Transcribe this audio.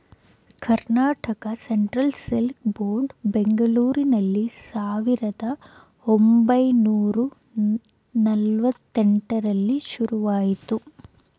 Karnataka Central Silk Board ಬೆಂಗಳೂರಿನಲ್ಲಿ ಸಾವಿರದ ಒಂಬೈನೂರ ನಲ್ವಾತ್ತೆಂಟರಲ್ಲಿ ಶುರುವಾಯಿತು